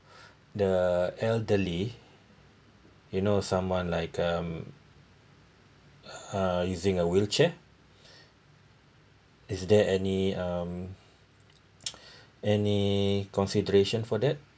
the elderly you know someone like um uh using a wheelchair is there any um any consideration for that